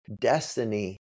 destiny